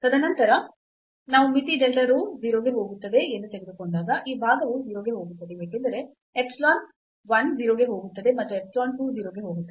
ತದನಂತರ ನಾವು ಮಿತಿ delta rho 0 ಗೆ ಹೋಗುತ್ತದೆ ಎಂದು ತೆಗೆದುಕೊಂಡಾಗ ಈ ಭಾಗವು 0 ಕ್ಕೆ ಹೋಗುತ್ತದೆ ಏಕೆಂದರೆ ಎಪ್ಸಿಲಾನ್ 1 0 ಕ್ಕೆ ಹೋಗುತ್ತದೆ ಮತ್ತು ಎಪ್ಸಿಲಾನ್ 2 0 ಕ್ಕೆ ಹೋಗುತ್ತದೆ